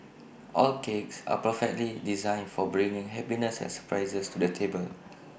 all cakes are perfectly designed for bringing happiness and surprises to the table